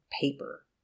paper